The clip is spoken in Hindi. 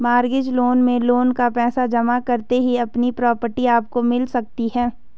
मॉर्गेज लोन में लोन का पैसा जमा करते ही अपनी प्रॉपर्टी आपको मिल सकती है